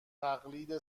تقلید